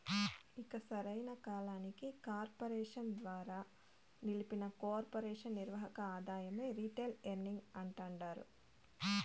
ఇక సరైన కాలానికి కార్పెరేషన్ ద్వారా నిలిపిన కొర్పెరేషన్ నిర్వక ఆదాయమే రిటైల్ ఎర్నింగ్స్ అంటాండారు